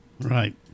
Right